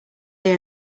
they